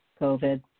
COVID